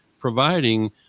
providing